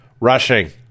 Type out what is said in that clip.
Rushing